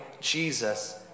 Jesus